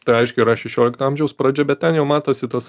tai aiškiai yra šešiolikto amžiaus pradžia bet ten jau matosi tos